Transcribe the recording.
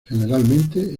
generalmente